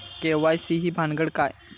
KYC ही भानगड काय?